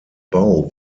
bau